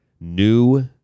new